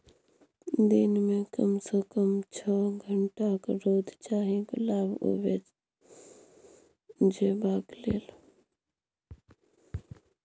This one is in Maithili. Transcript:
दिन मे कम सँ कम छअ घंटाक रौद चाही गुलाब उपजेबाक लेल